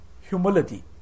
humility